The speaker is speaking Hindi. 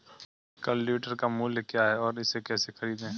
कल्टीवेटर का मूल्य क्या है और इसे कैसे खरीदें?